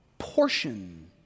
portion